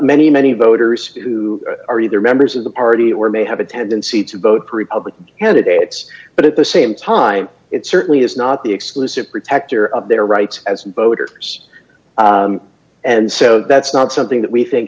many many voters who are either members of the party or may have a tendency to vote for republican candidates but at the same time it certainly is not the exclusive protector of their rights as voters and so that's not something that we think